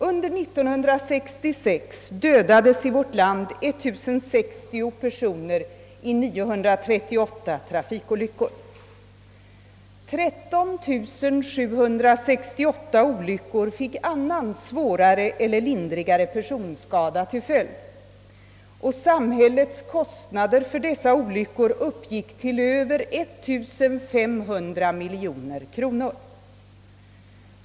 Under år 1966 dödades i vårt land 1060 personer i 938 trafikolyckor. 13 768 olyckor fick annan, svårare eller lindrigare personskada till följd. Samhällets kostnader för dessa olyckor uppgick till över 1500 miljoner kronor.